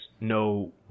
no